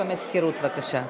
התשע"ז 2017, לא נתקבלה.